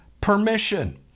permission